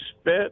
spit